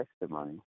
testimony